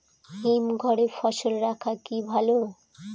হিমঘরে ফসল রাখা কি ভালো?